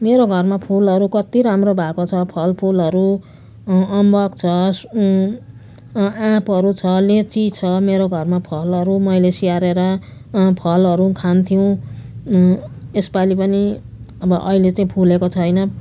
मेरो घरमा फुलहरू कत्ति राम्रो भएको छ फलफुलहरू अम्बक छ आँपहरू छ लिची छ मेरो घरमा फलहरू मैले स्याहारेर फलहरू खान्थ्यौँ यस पालि पनि अब अहिले चाहिँ फुलेको छैन